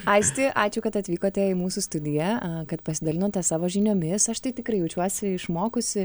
aisti ačiū kad atvykote į mūsų studiją kad pasidalinote savo žiniomis aš tai tikrai jaučiuosi išmokusi